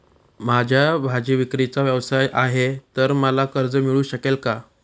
माझा भाजीविक्रीचा व्यवसाय आहे तर मला कर्ज मिळू शकेल का?